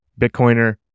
Bitcoiner